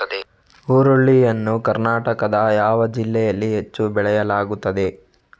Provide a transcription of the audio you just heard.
ಹುರುಳಿ ಯನ್ನು ಕರ್ನಾಟಕದ ಯಾವ ಜಿಲ್ಲೆಯಲ್ಲಿ ಹೆಚ್ಚು ಬೆಳೆಯಲಾಗುತ್ತದೆ?